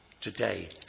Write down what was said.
today